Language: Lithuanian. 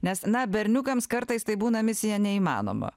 nes na berniukams kartais tai būna misija neįmanoma